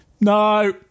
no